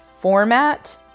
format